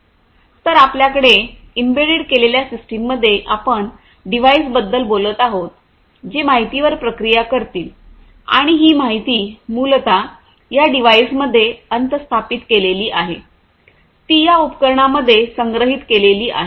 तर आपल्याकडे एम्बेड केलेल्या सिस्टम मध्ये आपण डिव्हाइसबद्दल बोलत आहोत जे माहितीवर प्रक्रिया करतील आणि ही माहिती मूलत या डिव्हाइसमध्ये अंतःस्थापित केलेली आहे ती या उपकरणांमध्ये संग्रहित केलेली आहे